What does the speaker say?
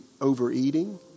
overeating